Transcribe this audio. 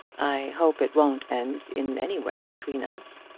i hope it won't end in any way between us.